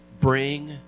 bring